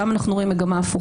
שם אנחנו רואים מגמה הפוכה.